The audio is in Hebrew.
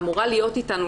אמורה להיות איתנו,